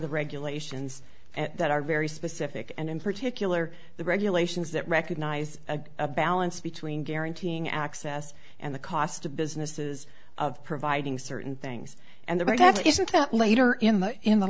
the regulations at that are very specific and in particular the regulations that recognize a a balance between guaranteeing access and the cost to businesses of providing certain things and the right to have isn't that later in the in the